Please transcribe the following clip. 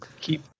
keep